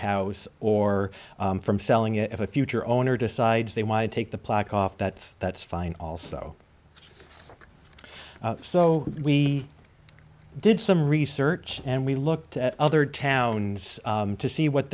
house or from selling it if a future owner decides they want to take the plaque off that that's fine also so we did some research and we looked at other town to see what